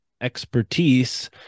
expertise